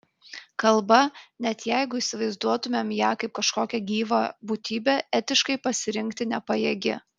kalba net jeigu įsivaizduotumėm ją kaip kažkokią gyvą būtybę etiškai pasirinkti nepajėgi